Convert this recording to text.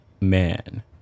man